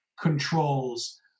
controls